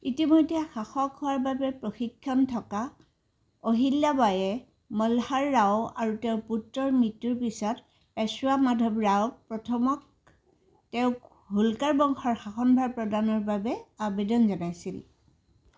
ইতিমধ্যে শাসক হোৱাৰ বাবে প্ৰশিক্ষণ থকা অহিল্যা বাইয়ে মলহাৰ ৰাও আৰু তেওঁৰ পুত্ৰৰ মৃত্যুৰ পিছত পেশ্বৱা মাধৱ ৰাওক প্ৰথমক তেওঁক হোলকাৰ বংশৰ শাসনভাৰ প্ৰদানৰ বাবে আবেদন জনাইছিল